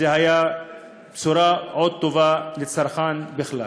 זאת הייתה עוד בשורה טובה לצרכן בכלל.